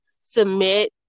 submit